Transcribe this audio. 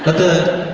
but the